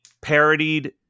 parodied